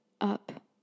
up